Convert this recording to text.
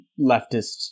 leftist